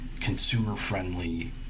consumer-friendly